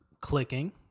clicking